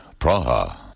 Praha